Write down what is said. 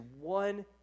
one